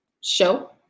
show